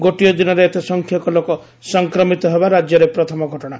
ଗୋଟିଏ ଦିନରେ ଏତେ ସଂଖ୍ୟକ ଲୋକ ସଂକ୍ରମିତ ହେବା ରାଜ୍ୟର ପ୍ରଥମ ଘଟଶା